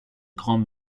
grand